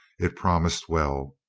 it promised well.